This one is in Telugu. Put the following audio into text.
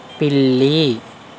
పిల్లి